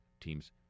team's